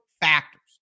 factors